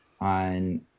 on